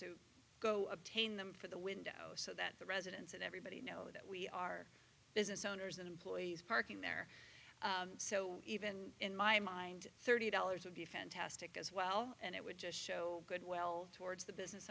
to go obtain them for the window so that the residents and everybody know that we are business owners and employees parking there so even in my mind thirty dollars would be fantastic as well and it would just show good well towards the business